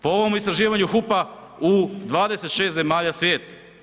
Po ovom istraživanju HUP-a, u 26 zemalja svijeta.